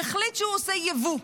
והחליט שהוא עושה יבוא.